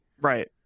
Right